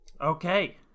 Okay